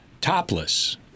Topless